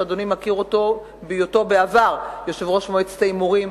שאדוני מכיר אותו בהיותו בעבר יושב-ראש מועצת ההימורים.